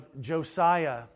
Josiah